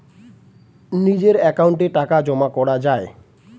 নিজের অ্যাকাউন্টে টাকা জমা করা যায়